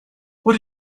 what